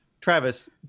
Travis